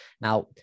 Now